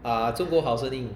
啊中国好声音